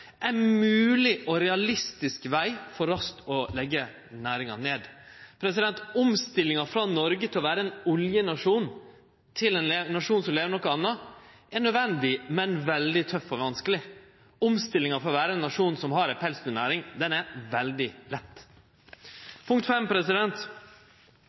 og realistisk veg for raskt å leggje næringa ned. Omstillinga for Noreg frå å vere ein oljenasjon til ein nasjon som lever av noko anna, er nødvendig, men veldig tøff og vanskeleg. Omstillinga frå å vere ein nasjon som har ei pelsdyrnæring, er veldig